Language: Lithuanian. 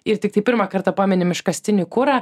ir tiktai pirmą kartą paminim iškastinį kurą